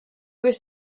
was